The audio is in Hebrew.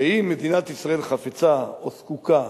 ואם מדינת ישראל חפצה, או זקוקה,